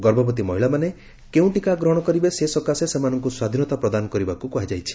ଗର୍ଭବତୀ ମହିଳାମାନେ କେଉଁ ଟିକା ଗ୍ରହଣ କରିବେ ସେ ସକାଶେ ସେମାନଙ୍କୁ ସ୍ୱାଧୀନତା ପ୍ରଦାନ କରିବାକୁ କୁହାଯାଇଛି